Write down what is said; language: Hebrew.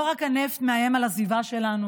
לא רק הנפט מאיים על הסביבה שלנו,